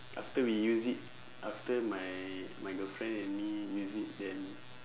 after we use it after my my girlfriend and me use it then